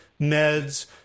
meds